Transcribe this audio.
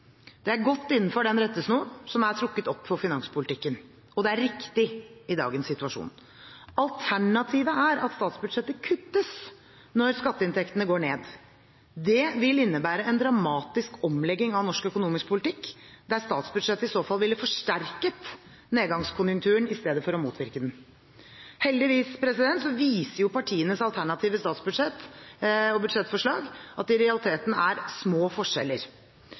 Det er godt innenfor den rettesnoren som er trukket opp for finanspolitikken, og det er riktig i dagens situasjon. Alternativet er at statsbudsjettet kuttes når skatteinntektene går ned. Det vil innebære en dramatisk omlegging av norsk økonomisk politikk, der statsbudsjettet i så fall ville forsterket nedgangskonjunkturen i stedet for å motvirke den. Heldigvis viser partienes alternative budsjettforslag at det i realiteten er små forskjeller